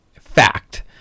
Fact